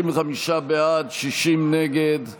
55 בעד, 60 נגד.